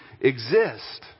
exist